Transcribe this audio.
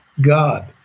God